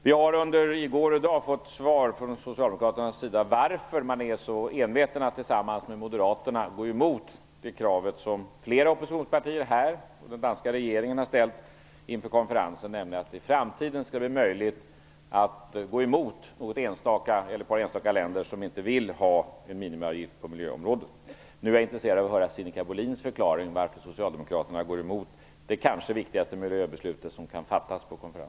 Vi har i går och i dag fått veta varför Socialdemokraterna så envetet tillsammans med Moderaterna går emot det krav som flera oppositionspartier här liksom den danska regeringen har ställt inför konferensen, nämligen att det i framtiden skall bli möjligt att gå emot ett eller ett par enstaka länder som inte vill ha minimiavgifter på miljöområdet. Nu är jag intresserad av att höra Sinikka Bohlins förklaring på varför Socialdemokraterna går emot det kanske viktigaste miljöbeslutet som kan fattas på konferensen.